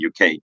UK